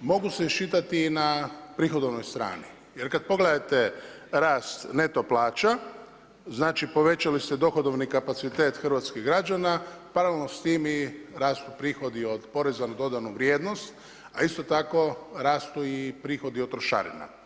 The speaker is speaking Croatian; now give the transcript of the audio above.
mogu se iščitati i na prihodovnoj strani, jer kada pogledate rast neto plaća, znači povećali su se dohodovni kapacitet hrvatskih građana paralelno s tim i rastu prihodi od poreza na dodanu vrijednost, a isto tako rastu i prihodi od trošarina.